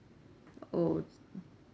oh mm